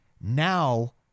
Now